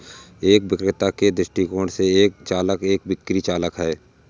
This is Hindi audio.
एक विक्रेता के दृष्टिकोण से, एक चालान एक बिक्री चालान है